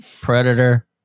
Predator